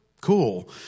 cool